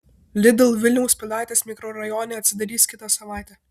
lidl vilniaus pilaitės mikrorajone atsidarys kitą savaitę